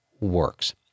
works